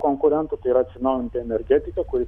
konkurentų tai yra atsinaujinanti energetika kuri